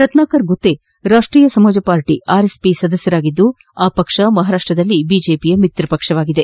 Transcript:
Ratnakar Gutte Rashtriya Samaj party RSP ಸದಸ್ಯರಾಗಿದ್ದು ಆ ಪಕ್ಷ ಮಹಾರಾಷ್ಟದಲ್ಲಿ ಬಿಜೆಪಿಯ ಮಿತ್ರಪಕ್ಷವಾಗಿದೆ